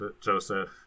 Joseph